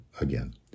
Again